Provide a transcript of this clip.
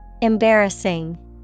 Embarrassing